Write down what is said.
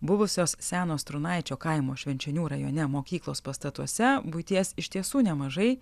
buvusios seno strūnaičio kaimo švenčionių rajone mokyklos pastatuose buities iš tiesų nemažai